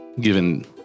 given